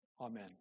Amen